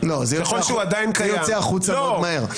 ככל שהוא עדיין קיים --- זה יוצא החוצה מאוד מהר.